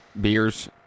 beers